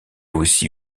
aussi